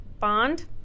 bond